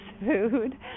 food